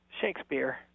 Shakespeare